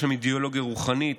יש שם אידיאולוגיה רוחנית,